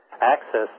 access